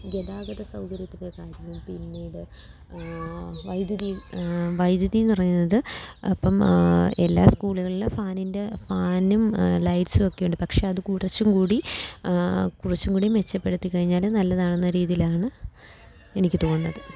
ഗതാഗത സൗകര്യത്തിൻ്റെ കാര്യം പിന്നീട് വൈദ്യുതി വൈദ്യുതിയെന്നു പറയുന്നത് ഇപ്പം എല്ലാ സ്കൂളുകളിലും ഫാനിൻ്റെ ഫാനും ലൈറ്റ്സും ഒക്കെ ഉണ്ട് പക്ഷെ അത് കുറച്ചും കൂടി കുറച്ചും കൂടി മെച്ചപ്പെടുത്തി കഴിഞ്ഞാൽ നല്ലതാണെന്ന രീതിയിലാണ് എനിക്ക് തോന്നുന്നത്